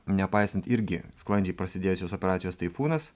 nepaisant irgi sklandžiai prasidėjusios operacijos taifūnas